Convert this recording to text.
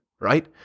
right